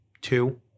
two